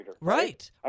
right